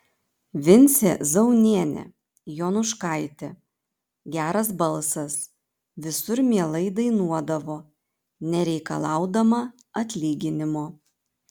vincė zaunienė jonuškaitė geras balsas visur mielai dainuodavo nereikalaudama atlyginimo